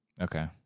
Okay